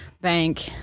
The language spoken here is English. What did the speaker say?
Bank